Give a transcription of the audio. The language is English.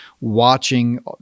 watching